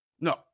No